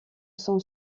son